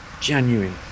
genuine